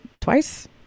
twice